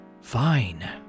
Fine